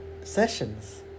Sessions